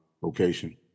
location